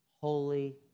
Holy